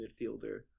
midfielder